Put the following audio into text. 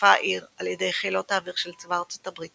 הותקפה העיר על ידי חילות האוויר של צבא ארצות הברית